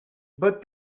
but